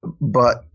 But-